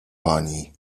pani